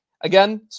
Again